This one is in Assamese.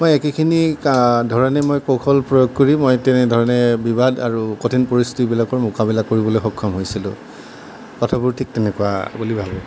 মই একেখিনি ধৰণে মই কৌশল প্ৰয়োগ কৰি মই তেনেধৰণে বিবাদ আৰু কঠিন পৰিস্থিতিবিলাকৰ মোকাবিলা কৰিবলৈ সক্ষম হৈছিলোঁ কথাবোৰ ঠিক তেনেকুৱা বুলি ভাবোঁ